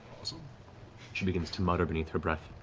so she begins to mutter beneath her breath.